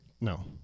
no